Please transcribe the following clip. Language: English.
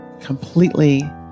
completely